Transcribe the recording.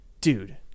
dude